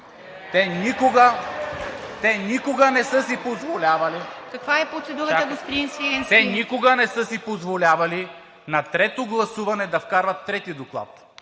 Те никога не са си позволявали на трето гласуване да вкарват трети доклад.